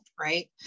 right